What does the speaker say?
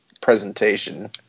presentation